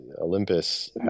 Olympus